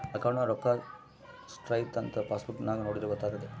ಅಕೌಂಟ್ನಗ ರೋಕ್ಕಾ ಸ್ಟ್ರೈಥಂಥ ಪಾಸ್ಬುಕ್ ನಾಗ ನೋಡಿದ್ರೆ ಗೊತ್ತಾತೆತೆ